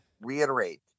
reiterate